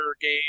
game